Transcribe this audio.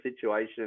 situation